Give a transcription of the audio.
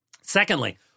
Secondly